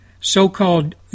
so-called